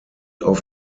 auf